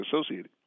associated